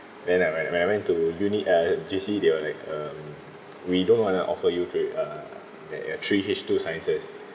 then uh when when I went to uni uh J_C they were like um we don't want to offer you three uh that uh three H two sciences